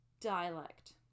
dialect